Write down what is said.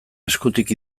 eskutik